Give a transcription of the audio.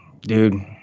dude